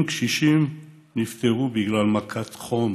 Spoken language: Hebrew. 70,000 קשישים נפטרו בגלל מכת חום